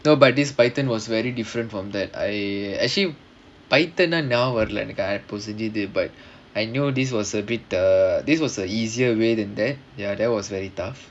no but this python was very different from that I actually python ah now நான் வரல:naan varala but I knew this was a bit uh this was a easier way தான்:thaan there ya there was very tough